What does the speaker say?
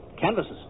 Canvases